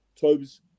tobes